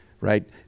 Right